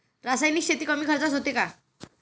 रासायनिक शेती कमी खर्चात होते का?